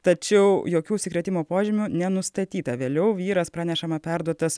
tačiau jokių užsikrėtimo požymių nenustatyta vėliau vyras pranešama perduotas